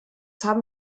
haben